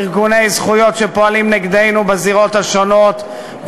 ארגוני זכויות שפועלים נגדנו בזירות השונות,